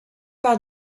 par